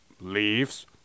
leaves